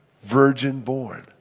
virgin-born